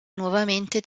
nuovamente